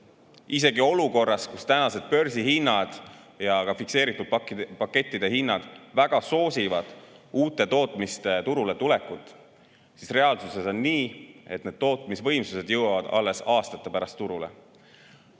isegi olukorras, kus tänased börsihinnad ja ka fikseeritud pakettide hinnad väga soosivad uute tootmisvõimsuste turule tulekut, on reaalsuses nii, et need tootmisvõimsused jõuavad turule alles aastate pärast.